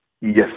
yes